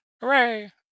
Hooray